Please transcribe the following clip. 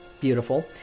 Beautiful